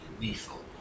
lethal